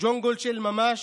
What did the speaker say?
ג'ונגל של ממש,